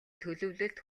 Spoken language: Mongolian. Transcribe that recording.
төлөвлөлт